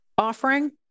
offering